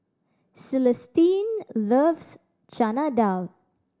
Celestine loves Chana Dal